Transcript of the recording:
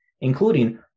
including